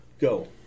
go